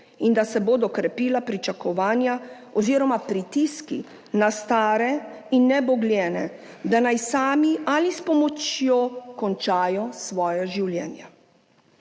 in da se bodo krepila pričakovanja oziroma pritiski na stare in nebogljene, da naj sami ali s pomočjo končajo svoja življenja.